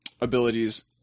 abilities